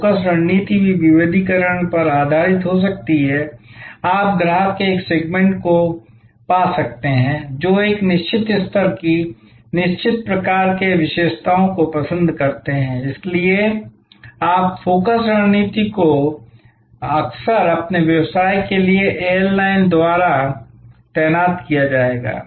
focus रणनीति भी विभेदीकरण पर आधारित हो सकती है आप ग्राहक के एक सेगमेंट को पा सकते हैं जो एक निश्चित स्तर की एक निश्चित प्रकार की विशेषताओं को पसंद करते हैं इसलिए इसलिए आप फ़ोकस रणनीति को अक्सर अपने व्यवसाय के लिए एयरलाइंस द्वारा तैनात किया जाएगा